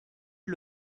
est